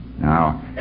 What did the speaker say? Now